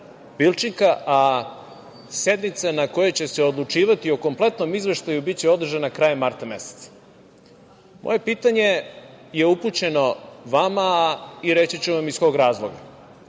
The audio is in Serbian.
a sednica na kojoj će se odlučivati o kompletnom izveštaju biće održana krajem marta meseca. Moje pitanje je upućeno vama i reći ću iz kog razloga.